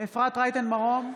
אפרת רייטן מרום,